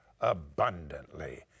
abundantly